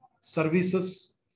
services